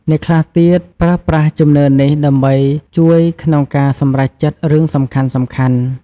អ្នកខ្លះទៀតប្រើប្រាស់ជំនឿនេះដើម្បីជួយក្នុងការសម្រេចចិត្តរឿងសំខាន់ៗ។